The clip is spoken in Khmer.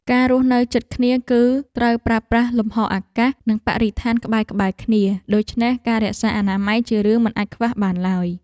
ការរស់នៅជិតគ្នាគឺត្រូវប្រើប្រាស់លំហអាកាសនិងបរិស្ថានក្បែរៗគ្នាដូច្នេះការរក្សាអនាម័យជារឿងមិនអាចខ្វះបានឡើយ។